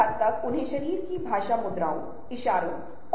अब लेकिन यह एक सैद्धांतिक तरह का शोध है